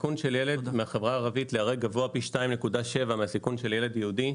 הסיכון של ילד מהחברה הערבית להיהרג גבוה פי 2.7 מהסיכון של ילד יהודי.